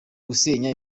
gusenya